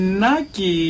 naki